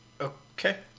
Okay